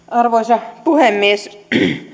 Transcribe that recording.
arvoisa puhemies